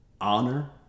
honor